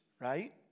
right